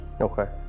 Okay